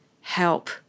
help